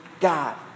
God